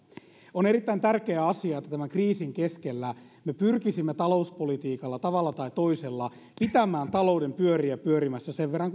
on erittäin tärkeä asia että tämän kriisin keskellä me pyrkisimme talouspolitiikalla tavalla tai toisella pitämään talouden pyöriä pyörimässä sen verran